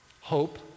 hope